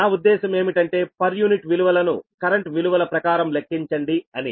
నా ఉద్దేశం ఏమిటంటే పర్ యూనిట్ విలువలను కరెంట్ విలువల ప్రకారం లెక్కించండి అని